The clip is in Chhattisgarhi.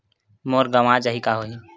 मोर गंवा जाहि का होही?